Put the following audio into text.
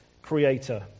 Creator